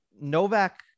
Novak